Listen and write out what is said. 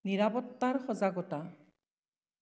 নিৰাপত্তাৰ সজাগতা